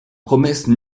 promesse